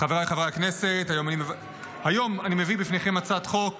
חבריי חברי הכנסת, היום אני מביא בפניכם הצעת חוק